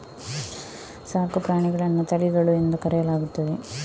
ಸಾಕು ಪ್ರಾಣಿಗಳನ್ನು ತಳಿಗಳು ಎಂದು ಕರೆಯಲಾಗುತ್ತದೆ